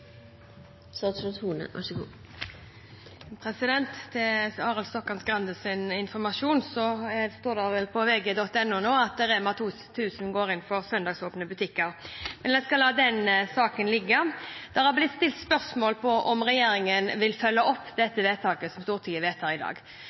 Til Arild Grandes informasjon står det vel på vg.no nå at REMA 1000 går inn for søndagsåpne butikker. Men jeg skal la den saken ligge. Det har blitt stilt spørsmål om regjeringen vil følge opp dette vedtaket som Stortinget vedtar i dag.